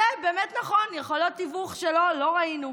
זה באמת נכון, יכולות תיווך כמו שלו לא ראינו.